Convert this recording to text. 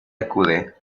acude